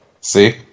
see